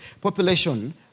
population